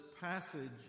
passage